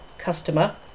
customer